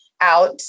out